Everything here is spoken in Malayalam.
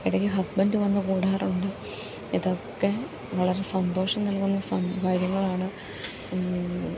ഇടയ്ക്ക് ഹസ്ബൻഡ് വന്നു കൂടാറുണ്ട് ഇതൊക്കെ വളരെ സന്തോഷം നൽകുന്ന കാര്യങ്ങളാണ്